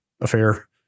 affair